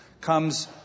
comes